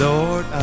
Lord